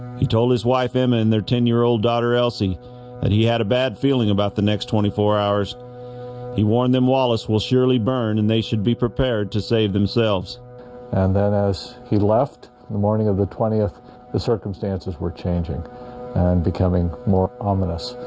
he told his wife emma in their ten year old daughter elsie that he had a bad feeling about the next twenty four hours he warned them wallace will surely burn and they should be prepared to save themselves and then as he left in the morning of the twentieth the circumstances were changing and becoming more ominous